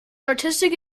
artistic